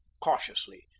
Cautiously